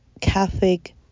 Catholic